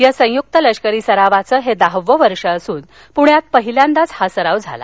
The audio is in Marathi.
या संयुक्त लष्करी सरावाचं हे दहावं वर्ष असून पूण्यात पहिल्यांदाच हा सराव झाला